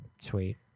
Sweet